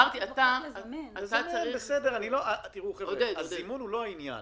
אתה צריך, עודד --- הזימון הוא לא העניין